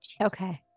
Okay